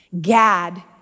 Gad